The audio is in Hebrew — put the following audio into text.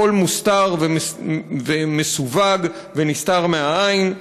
הכול מוסתר ומסווג, ונסתר מהעין.